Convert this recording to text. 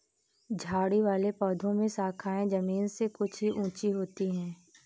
झाड़ी वाले पौधों में शाखाएँ जमीन से कुछ ही ऊँची होती है